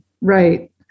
Right